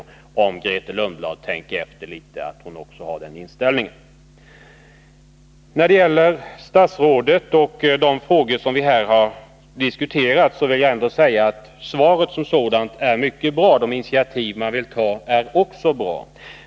Om Grethe Lundblad tänker efter litet, tror jag att också hon har den inställningen. När det gäller statsrådet och de frågor som vi här har diskuterat vill jag säga att svaret som sådant är mycket bra. De initiativ man vill ta är också bra.